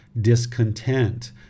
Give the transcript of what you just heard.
discontent